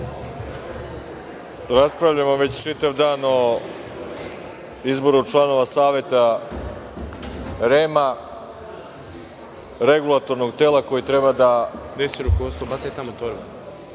raspravljamo već čitav dan o izboru članova Saveta REM-a, regulatornog tela koje treba da